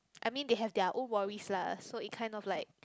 I mean they have their own worries lah so it kind of like